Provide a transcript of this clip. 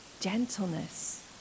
gentleness